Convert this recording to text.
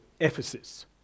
Ephesus